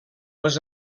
les